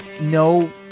no